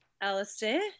Alistair